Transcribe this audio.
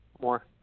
More